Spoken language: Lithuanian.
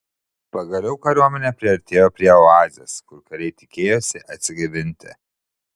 pagaliau kariuomenė priartėjo prie oazės kur kariai tikėjosi atsigaivinti